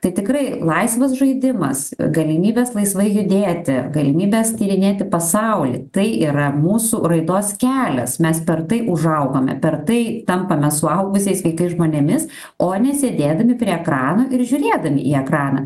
tai tikrai laisvas žaidimas galimybės laisvai judėti galimybės tyrinėti pasaulį tai yra mūsų raidos kelias mes per tai užaugame per tai tampame suaugusiais sveikais žmonėmis o ne sėdėdami prie ekranų ir žiūrėdami į ekraną